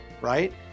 right